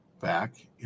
back